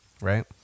right